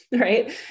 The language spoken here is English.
right